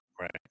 Right